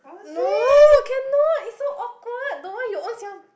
no cannot it's so awkward don't want you ownself